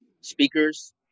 speakers